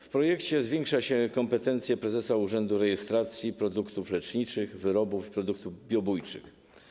W projekcie zwiększa się kompetencje prezesa Urzędu Rejestracji Produktów Leczniczych, Wyrobów Medycznych i Produktów Biobójczych.